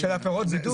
זה בשל הפרות בידוד.